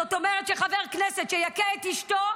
זאת אומרת שחבר כנסת שיכה את אשתו,